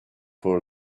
for